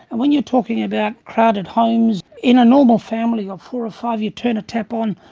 and when you're talking about crowded homes, in a normal family of four or five you turn a tap on,